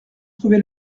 trouvé